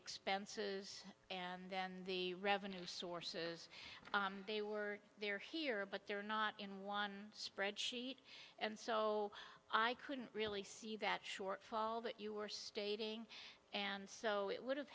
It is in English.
expenses and then the revenue sources they were there here but they're not in one spreadsheet and so i couldn't really see that shortfall that you were stating and so it would have